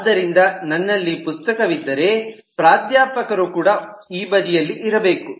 ಆದ್ದರಿಂದ ನನ್ನಲ್ಲಿ ಪುಸ್ತಕವಿದ್ದರೆ ಪ್ರಾಧ್ಯಾಪಕರು ಕೂಡ ಈ ಬದಿಯಲ್ಲಿ ಇರಬೇಕು